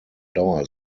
dauer